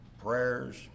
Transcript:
prayers